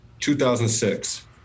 2006